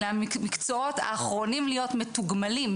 אלה המקצועות האחרונים להיות מתוגמלים,